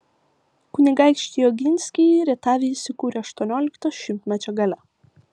kunigaikščiai oginskiai rietave įsikūrė aštuoniolikto šimtmečio gale